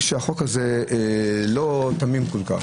החוק הזה לא תמים כל כך.